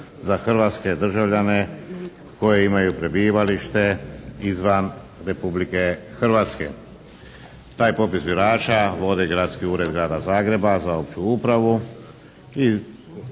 za hrvatske državljane koji imaju prebivalište izvan Republike Hrvatske. Taj popis birača vodi Gradski ured Grada Zagreba za opću upravu